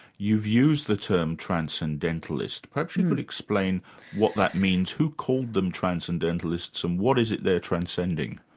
you've used the term transcendentalist. perhaps you could explain what that means? who called them transcendentalists and what is it they're transcending?